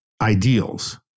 ideals